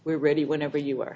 we're ready whenever you are